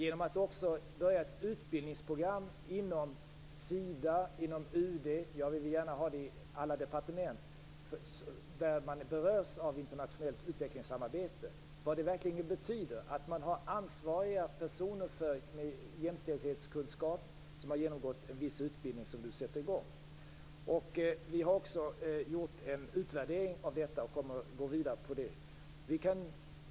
Vi har påbörjat utbildningsprogram inom Sida, UD och alla departement som berörs av internationellt utvecklingssamarbete. Det har en betydelse att det finns ansvariga personer som har genomgått en viss utbildning med jämställdhetskunskap. Vi har också gjort en utvärdering och kommer att gå vidare med de erfarenheterna.